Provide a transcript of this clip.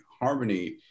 harmony